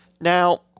Now